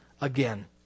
again